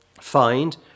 find